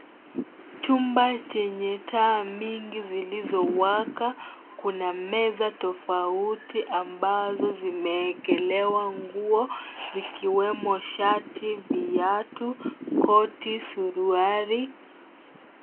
Chumba chenye taa mingi zilizo waka. Kuna meza tofauti ambazo zimewekelewa nguo zikiwemo shati, viatu, koti suruali.